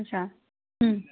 અચ્છા હા